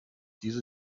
diese